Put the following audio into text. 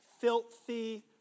filthy